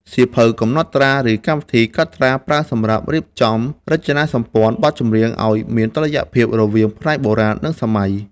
សៀវភៅកំណត់ត្រា ឬកម្មវិធីកត់ត្រា ប្រើសម្រាប់រៀបចំរចនាសម្ព័ន្ធបទចម្រៀង ឱ្យមានតុល្យភាពរវាងផ្នែកបុរាណ និងសម័យ។